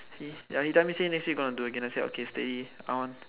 he ya he tell me say next week he gonna do again I say steady I want